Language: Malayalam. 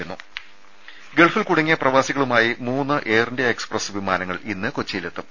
രുമ ഗൾഫിൽ കുടുങ്ങിയ പ്രവാസികളുമായി മൂന്ന് എയർ ഇന്ത്യ എക്സ്പ്രസ് വിമാനങ്ങൾ ഇന്ന് കൊച്ചിയിലെത്തും